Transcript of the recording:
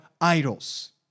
idols